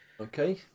Okay